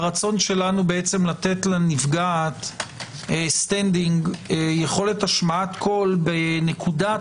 הרצון שלנו לתת לנפגעת יכולת השמעת קול בנקודת